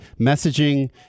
messaging